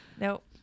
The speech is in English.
nope